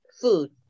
food